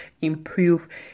improve